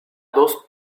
dos